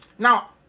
Now